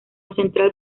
central